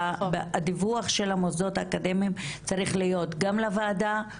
הדיווח של המוסדות האקדמיים צריך להיות גם לוועדה,